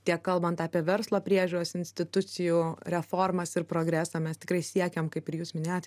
tiek kalbant apie verslo priežiūros institucijų reformas ir progresą mes tikrai siekiam kaip ir jūs minėjot